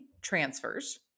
transfers